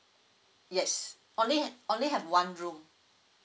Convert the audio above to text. yes only ha~ only have one room